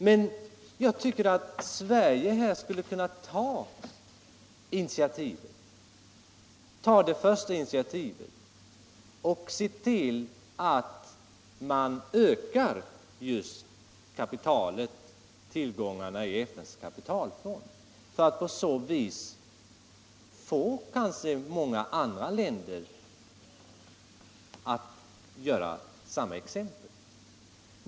Men jag tycker att Sverige här skulle kunna ta det första steget för att se till att man ökar tillgångarna i FN:s kapitalfond. Många andra länder skulle kanske sedan följa det exemplet.